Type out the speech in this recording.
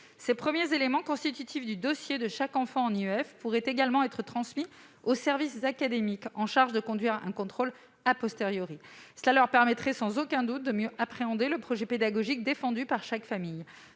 Ces premiers éléments constitutifs du dossier de chaque enfant concerné pourraient également être transmis aux services académiques chargés de conduire un contrôle, ce qui permettrait à ces derniers de mieux appréhender le projet pédagogique défendu par chaque famille.